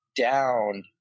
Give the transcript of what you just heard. down